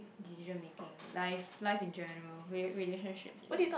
decision making life life in general K relationships in ge~